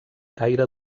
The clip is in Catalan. caire